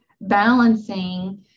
balancing